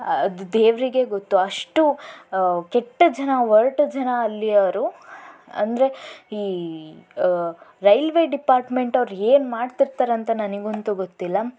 ಅದು ದೇವ್ರಿಗೆ ಗೊತ್ತು ಅಷ್ಟು ಕೆಟ್ಟ ಜನ ಒರಟು ಜನ ಅಲ್ಲಿಯವರು ಅಂದರೆ ಈ ರೈಲ್ವೆ ಡಿಪಾರ್ಟ್ಮೆಂಟ್ ಅವರು ಏನು ಮಾಡ್ತಿರ್ತಾರಂತ ನನಗಂತೂ ಗೊತ್ತಿಲ್ಲ